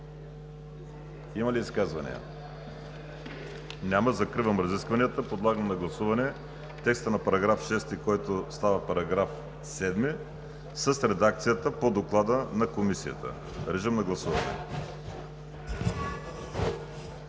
Има ли изказвания? Няма. Закривам разискванията. Подлагам на гласуване текста на § 6, който става § 7, с редакцията по Доклада на Комисията. Гласували